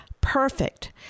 perfect